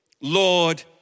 Lord